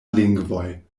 lingvoj